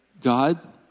God